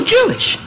Jewish